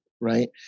right